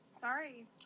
Sorry